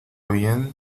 bien